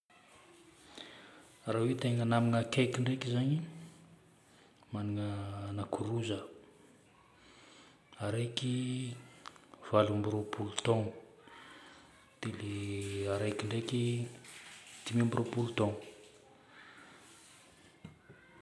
Raha hoe tegna namagna akaiky ndraiky zagny: magnana anankiroa za. Araiky valo amby roapolo taogno, dia ilay araiky ndraiky dimy amby roapolo taogno.